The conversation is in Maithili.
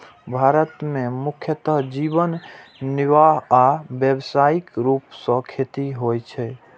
भारत मे मुख्यतः जीवन निर्वाह आ व्यावसायिक रूप सं खेती होइ छै